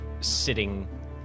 sitting